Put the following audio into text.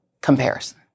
comparison